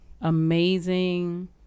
amazing